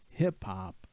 hip-hop